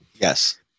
Yes